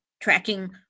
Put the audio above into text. tracking